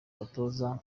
umutuzo